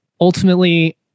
Ultimately